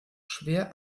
schwer